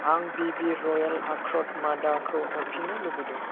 आं बिबि रयेल आक्रट मादाखौ हरफिन्नो लुबैदों